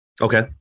Okay